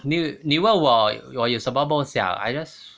你你问我我有什么梦想 I just